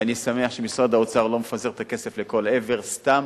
ואני שמח שמשרד האוצר לא מפזר את הכסף לכל עבר סתם.